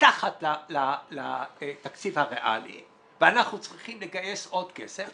מתחת לתקציב הריאלי ואנחנו צריכים לגייס עוד כסף,